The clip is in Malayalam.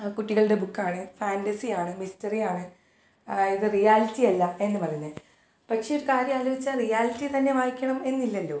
കുട്ടികളുടെ ബുക്കാണ് ഫാന്റസിയാണ് മിസ്റ്ററിയാണ് ഇത് റിയാലിറ്റി അല്ല എന്ന് പറയുന്നത് പക്ഷേ ഒരു കാര്യം ആലോചിച്ചാൽ റിയാലിറ്റീത്തന്നെ വായിക്കണം എന്നില്ലല്ലോ